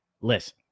Listen